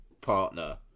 partner